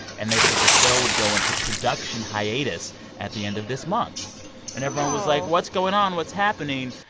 and they said the show would go into production hiatus at the end of this month oh and everyone was like, what's going on? what's happening?